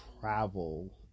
travel